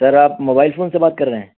سر آپ mobile phone سے بات کر رہے ہیں